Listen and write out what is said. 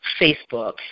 Facebook